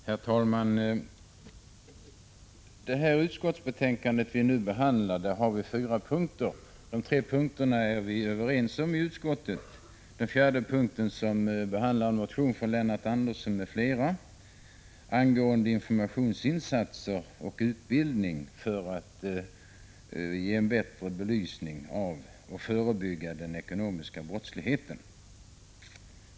Herr talman! Det utskottsbetänkande som vi nu behandlar innehåller fyra punkter. På tre punkter har vi varit överens i utskottet. Den fjärde punkten gäller en motion från Lennart Andersson m.fl. angående informationsinsatser och utbildning för att bättre belysa och förebygga den ekonomiska brottsligheten.